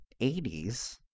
80s